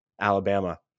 Alabama